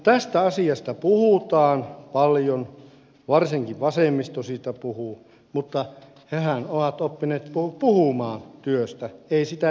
tästä asiasta puhutaan paljon varsinkin vasemmisto siitä puhuu mutta hehän ovat oppineet puhumaan työstä eivät sitä tekemään